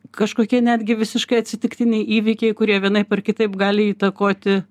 kažkokie netgi visiškai atsitiktiniai įvykiai kurie vienaip ar kitaip gali įtakoti